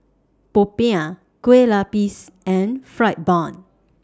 Popiah Kue Lupis and Fried Bun